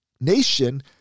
nation